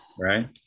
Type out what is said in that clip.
right